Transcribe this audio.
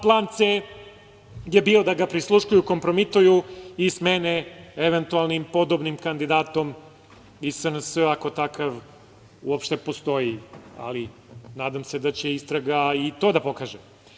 Plan C je bio da ga prisluškuju, kompromituju i smene eventualnim, podobnim kandidatom iz SNS, ako takav uopšte postoji, ali nadam se da će istraga i to da pokaže.